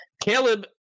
Caleb